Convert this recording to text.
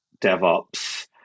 DevOps